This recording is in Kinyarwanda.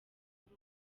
muri